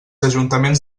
ajuntaments